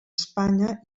espanya